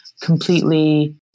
completely